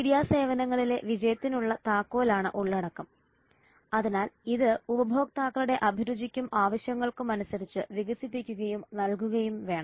media സേവനങ്ങളിലെ വിജയത്തിനുള്ള താക്കോലാണ് ഉള്ളടക്കം അതിനാൽ ഇത് ഉപഭോക്താക്കളുടെ അഭിരുചിക്കും ആവശ്യങ്ങൾക്കും അനുസരിച്ച് വികസിപ്പിക്കുകയും നൽകുകയും വേണം